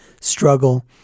struggle